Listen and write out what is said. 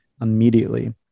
Immediately